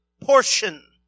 portion